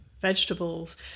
vegetables